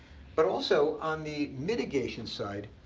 but also, on the mitigation side,